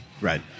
Right